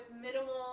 minimal